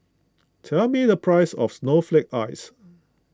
tell me the price of Snowflake Ice